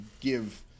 give